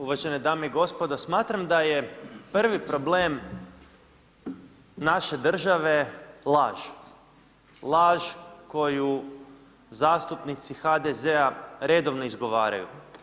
Uvažene dame i gospodo, smatram da je prvi problem naše države laž, laž koju zastupnici HDZ-a redovno izgovaraju.